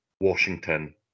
washington